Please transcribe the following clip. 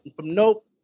Nope